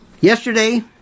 Yesterday